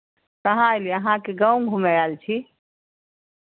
कहाँ अयलियै अहाँके गाँव घूमय आयल छी